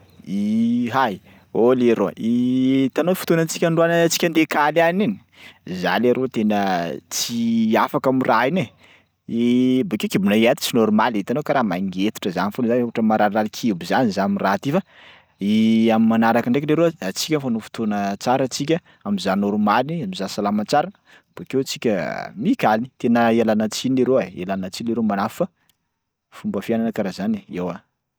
Hay oh leroa! hitanao i fotoanantsika androany antsika andeha hikaly any iny, za leroa tena tsy afaka am'raha iny e, bakeo kibonahy ato tsy normaly hitanao karaha mangetotra zany foana za ohatry ny mararirary kibo zany za am'raha ty fa am'manaraka ndraiky leroa antsika mifanao fotoana tsara antsika am'za normaly am'za salama tsara bakeo tsika mikaly, tena ialana tsiny leroa ialana tsiny leroa manafo fa fomba fiainana karaha zany e, eoa.